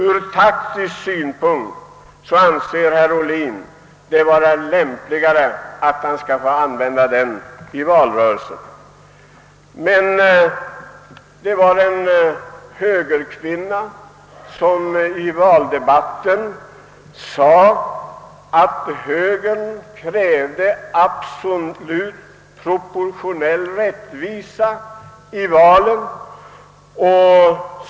Ur taktisk synpunkt anser herr Ohlin det vara lämpligare att han skall få använda den i valrörelsen. Men det var en högerkvinna som i valdebatten sade att högern krävde absolut proportionell rättvisa i valen.